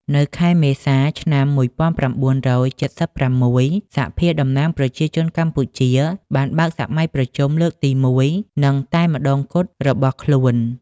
នៅខែមេសា ឆ្នាំ១៩៧៦ សភាតំណាងប្រជាជនកម្ពុជា បានបើកសម័យប្រជុំលើកទីមួយនិងតែម្ដងគត់របស់ខ្លួន។